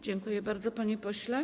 Dziękuję bardzo, panie pośle.